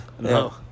No